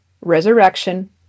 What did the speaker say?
resurrection